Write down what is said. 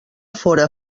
fóra